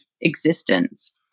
existence